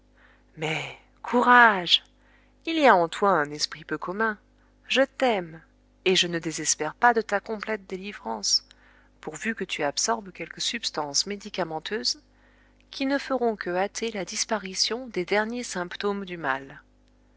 mais courage il y a en toi un esprit peu commun je t'aime et je ne désespère pas de ta complète délivrance pourvu que tu absorbes quelques substances médicamenteuses qui ne feront que hâter la disparition des derniers symptômes du mal